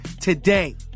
today